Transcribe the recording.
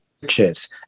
churches